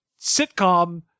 sitcom